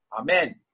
Amen